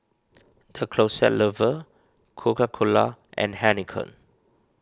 the Closet Lover Coca Cola and Heinekein